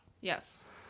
Yes